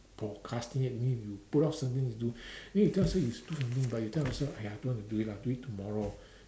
procrastinate that means you put off something to do then you tell yourself you but you tell yourself !aiya! don't want to do it lah do it tomorrow